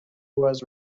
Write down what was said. was